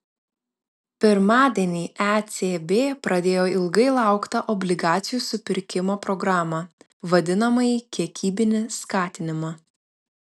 pirmadienį ecb pradėjo ilgai lauktą obligacijų supirkimo programą vadinamąjį kiekybinį skatinimą